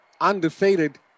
undefeated